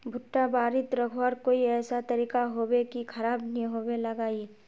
भुट्टा बारित रखवार कोई ऐसा तरीका होबे की खराब नि होबे लगाई?